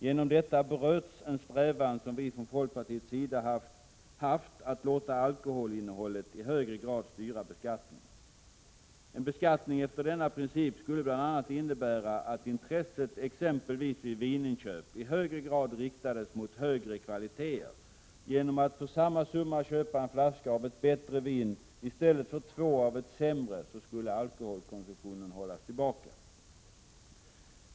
Genom detta bröts en strävan som vi från folkpartiets sida haft att låta alkoholinnehållet i högre grad styra beskattningen. En beskattning efter denna princip skulle bl.a. innebära att intresset exempelvis vid vininköp i högre grad riktades mot högre kvaliteter. Genom att vinkonsumenten för samma summa köpte en flaska av ett bättre vin i stället för två av ett sämre skulle alkoholkomsumtion hållas tillbaka.